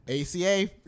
ACA